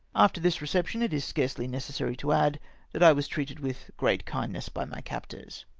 after this reception it is scarcely necessary to add that i was treated with great kindness by my captors.